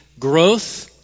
Growth